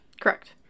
Correct